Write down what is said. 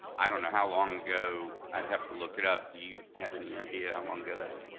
i don't know how long ago, i'd have to look it up, do you have any idea how long ago that was?